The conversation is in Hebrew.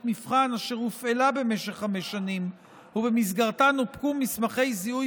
מבחן אשר הופעלה במשך חמש שנים ובמסגרתה נופקו מסמכי זיהוי